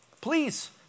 Please